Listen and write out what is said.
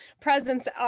presence